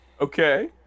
Okay